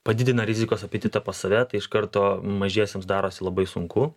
padidina rizikos apetitą pas save tai iš karto mažiesiems darosi labai sunku